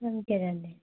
हम क्या जाने